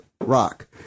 rock